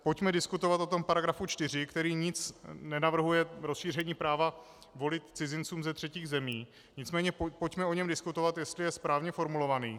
Pojďme diskutovat o tom § 4, který nic nenavrhuje, rozšíření práva volit cizincům ze třetích zemí, nicméně pojďme o něm diskutovat, jestli je správně formulovaný.